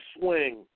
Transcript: swing